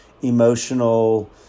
emotional